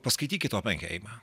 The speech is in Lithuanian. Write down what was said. paskaitykit openheimą